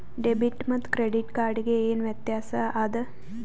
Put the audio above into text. Debit ಮತ್ತ credit card ಗೆ ಏನ ವ್ಯತ್ಯಾಸ ಆದ?